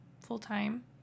full-time